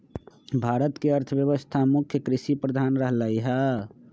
भारत के अर्थव्यवस्था मुख्य कृषि प्रधान रहलै ह